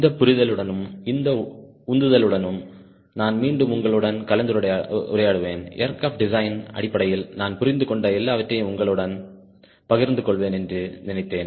இந்த புரிதலுடனும் இந்த உந்துதலுடனும் நான் மீண்டும் உங்களுடன் கலந்துரையாடுவேன் ஏர்கிராப்ட் டிசைன் அடிப்படையில் நான் புரிந்துகொண்ட எல்லாவற்றையும் உங்களுடன் பகிர்ந்து கொள்வேன் என்று நினைத்தேன்